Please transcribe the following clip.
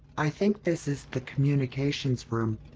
i think this is the communications room.